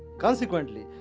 consequently,